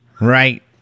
Right